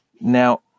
Now